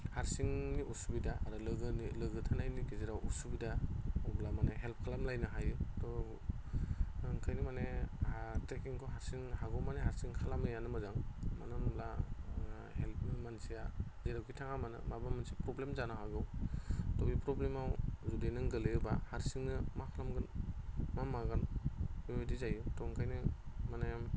हारसिं उसुबिदा लोगो थानायनि गेजेराव उसुबिदाब्ला माने हेल्प खालामलायनो हायो थ' ओंखायनो माने ट्रेक्किंखौ हागौमानि हारसिं खालामैयानो मोजां मानो होनब्ला मानसिया जेरावखि थाङा मानो माबा मोनसे प्रब्लेम जानो हागौ थ' बे प्रब्लेमाव जुदि नों गोलैयोबा हारसिंनो मा खालामगोन मा मागोन बेबायदि जायो थ' ओंखायनो माने